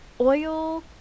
oil